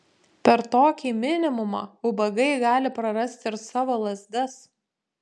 per tokį minimumą ubagai gali prarasti ir savo lazdas